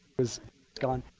was gone.